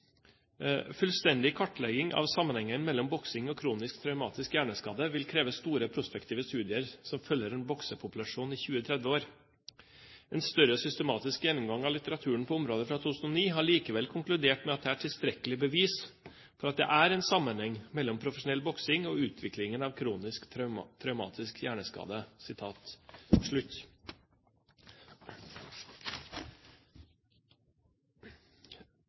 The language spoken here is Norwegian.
kartlegging av sammenhengen mellom boksing og kronisk traumatisk hjerneskade vil kreve store prospektive studier som følger en boksepopulasjon i 20-30 år. En større systematisk gjennomgang av litteraturen på området fra 2009 har likevel konkludert med at det er tilstrekkelig bevis for at det er en sammenheng mellom profesjonell boksing og utviklingen av kronisk traumatisk hjerneskade.»